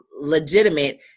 legitimate